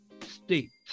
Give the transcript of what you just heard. states